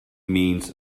means